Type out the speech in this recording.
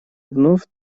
вновь